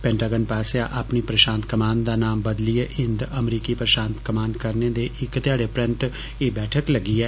pentagon पास्सेआ अपनी प्रशांत कमान दा ना बदलियै हिंद अमरीकी प्रशांत कमान करने दे इक्क ध्याड़े परैंत एह् बैठक लग्गी ऐ